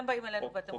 אנחנו